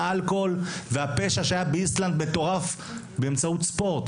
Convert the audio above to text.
האלכוהול והפשע שהיה באיסלנד באמצעות ספורט.